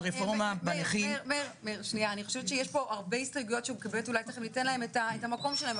אני חושבת שיש כאן הרבה הסתייגויות ואולי תכף ניתן להן את המקום שלהן,